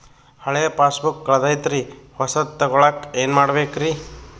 ಹಳೆ ಪಾಸ್ಬುಕ್ ಕಲ್ದೈತ್ರಿ ಹೊಸದ ತಗೊಳಕ್ ಏನ್ ಮಾಡ್ಬೇಕರಿ?